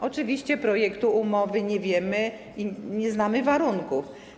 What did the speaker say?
Oczywiście projektu umowy nie mamy, nie znamy warunków.